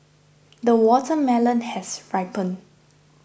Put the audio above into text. the watermelon has ripened